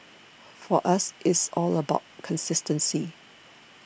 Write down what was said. for us it's all about consistency